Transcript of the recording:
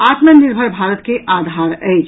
आत्मनिर्भर भारत के आधार अछि